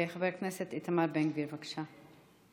חבר כנסת איתמר בן גביר, בבקשה.